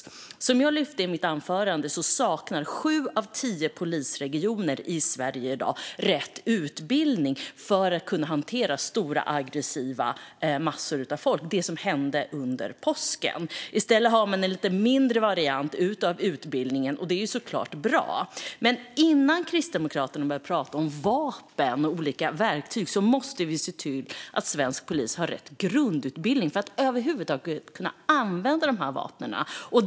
Som jag lyfte fram i mitt anförande saknar sju av tio polisregioner i Sverige i dag rätt utbildning för att kunna hantera stora, aggressiva folkmassor, alltså det som hände under påsken. I stället har man en mindre variant av utbildningen, vilket såklart är bra. Men innan Kristdemokraterna börjar prata om vapen och olika verktyg måste vi ju se till att svensk polis har rätt grundutbildning för att över huvud taget kunna använda de här vapnen.